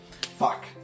Fuck